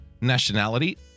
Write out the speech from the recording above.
nationality